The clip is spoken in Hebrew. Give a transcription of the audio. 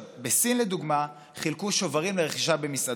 בסין לדוגמה חילקו שוברים לרכישה במסעדות.